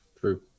True